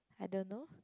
I don't know